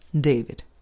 David